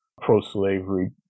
pro-slavery